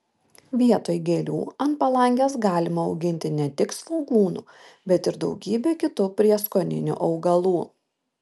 vietoj gėlių ant palangės galima auginti ne tik svogūnų bet ir daugybę kitų prieskoninių augalų